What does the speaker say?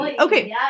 Okay